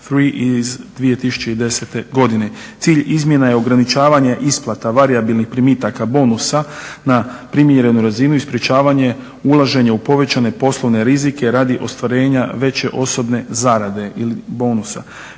iz 2010. godine. Cilj izmjena je ograničavanje isplata varijabilnih primitaka bonusa na primjerenu razinu, ispričavanje ulaženja u povećanje poslovne rizike radi ostvarenja veće osobne zarade ili bonusa.